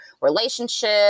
relationship